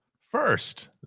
first